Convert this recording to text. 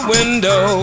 window